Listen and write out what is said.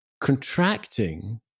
contracting